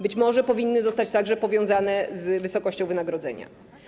Być może powinny zostać także powiązane z wysokością wynagrodzenia.